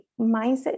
mindset